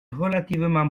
relativement